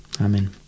amen